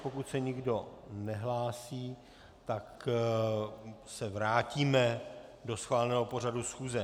Pokud se nikdo nehlásí, tak se vrátíme do schváleného pořadu schůze.